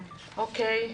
אוקיי.